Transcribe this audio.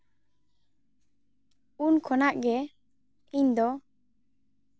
ᱩᱱ ᱠᱷᱚᱱᱟᱜ ᱜᱮ ᱤᱧ ᱫᱚ